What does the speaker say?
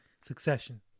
Succession